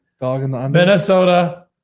Minnesota